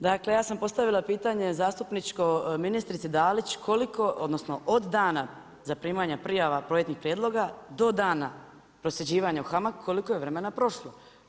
Dakle, ja sam postavila pitanje zastupničko ministrici Dalić koliko, odnosno od dana zaprimanja prijava projektnih prijedloga do dana prosljeđivanja u HAMAG koliko je vremena prošlo.